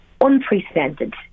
unprecedented